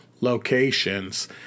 locations